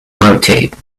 rotate